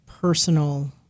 personal